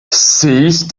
seize